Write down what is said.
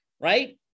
right